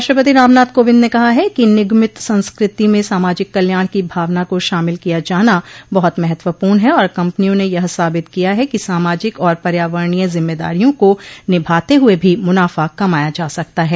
राष्ट्रपति रामनाथ कोविंद ने कहा है कि निगमित संस्कृति में सामाजिक कल्याण की भावना को शामिल किया जाना बहुत महत्वपूर्ण है और कंपनियों ने यह साबित किया है कि सामाजिक और पर्यावरणीय ज़िम्मेदारियों को निभाते हुए भी मुनाफा कमाया जा सकता है